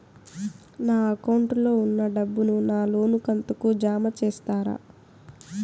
నా అకౌంట్ లో ఉన్న డబ్బును నా లోను కంతు కు జామ చేస్తారా?